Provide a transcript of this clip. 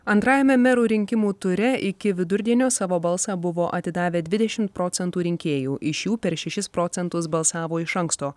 antrajame merų rinkimų ture iki vidurdienio savo balsą buvo atidavę dvidešimt procentų rinkėjų iš jų per šešis procentus balsavo iš anksto